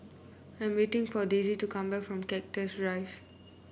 I'm waiting for Desi to come back from Cactus Drive